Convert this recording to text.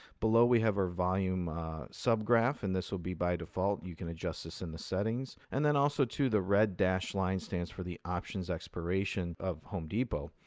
below, we have our volume subgraph, and this will be by default. you can adjust this in the settings. and then also too, the red dashed line stands for the options expiration of home depot.